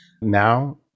now